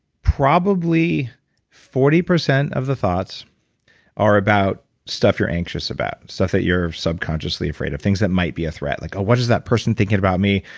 probably forty percent of the thoughts are about stuff you're anxious about, stuff that you're subconsciously afraid of, things that might be a threat. like oh what is that person thinking about me?